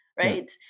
right